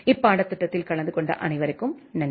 இப்பாடத்திட்டத்தில் கலந்து கொண்ட அனைவருக்கும் நன்றி